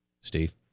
Steve